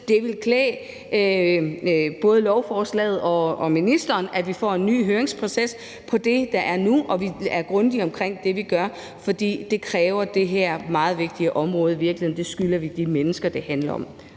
Det ville klæde både lovforslaget og ministeren, at vi får en ny høringsproces om det, der er nu, så vi er grundige omkring det, vi gør, for det kræver det her meget vigtige område i virkeligheden, og det skylder vi de mennesker, det handler om.